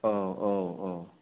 औ औ औ